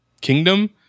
kingdom